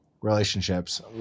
relationships